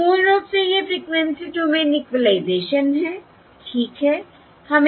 तो मूल रूप से यह फ़्रिक्वेंसी डोमेन इक्विलाइज़ेशन है ठीक है